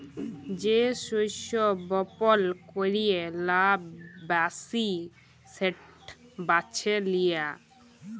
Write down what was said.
যে শস্য বপল ক্যরে লাভ ব্যাশি সেট বাছে লিয়া